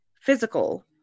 physical